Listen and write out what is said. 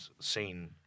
seen